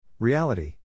Reality